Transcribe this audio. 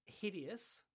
hideous